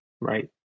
right